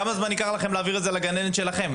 כמה זמן ייקח לכם להעביר את זה לגננת שלכם.